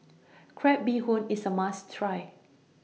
Crab Bee Hoon IS A must Try